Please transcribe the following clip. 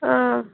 آ